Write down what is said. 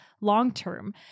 long-term